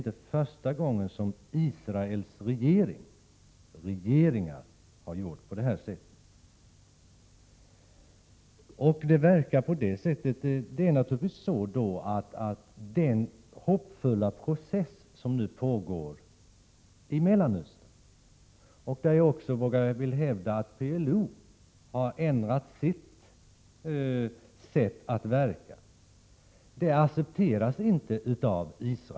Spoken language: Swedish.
Det pågår nu en hoppfull process i Mellanöstern, och jag vill hävda att PLO har ändrat sitt sätt att verka i den processen. Detta accepteras inte av Israels regering, beklagligt nog. Jag tror därför att det är viktigt att inte minst Sverige, i alla de internationella sammanhang där vi deltar, tar upp denna fråga och sätter press på den israeliska regeringen. Den består ju av två partier, och alla i regeringen är, vad jag förstår, inte okänsliga. Israel har rätt att existera inom säkra gränser.